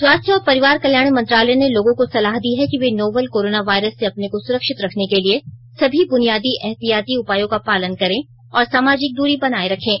स्वास्थ्य और परिवार कल्याण मंत्रालय ने लोगों को सलाह दी है कि वे नोवल कोरोना वायरस से अपने को सुरक्षित रखने के लिए सभी बुनियादी एहतियाती उपायों का पालन करें और सामाजिक दूरी बनाए रखें